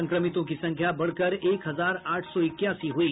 संक्रमितों की संख्या बढ़कर एक हजार आठ सौ इक्यासी हुई